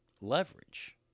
leverage